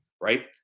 right